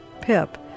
Pip